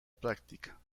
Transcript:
práctica